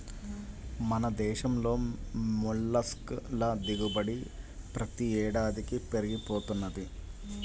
మన దేశంలో మొల్లస్క్ ల దిగుబడి ప్రతి ఏడాదికీ పెరిగి పోతున్నది